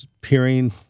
peering